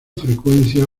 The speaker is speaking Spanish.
frecuencia